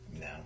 no